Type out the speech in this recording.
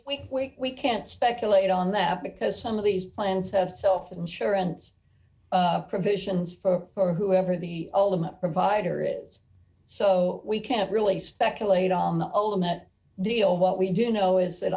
t we can't speculate on that because some of these plants have self insurance provisions for whoever the ultimate provider is so we can't really speculate on the ultimate deal what we do know is that